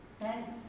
thanks